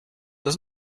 does